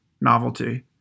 novelty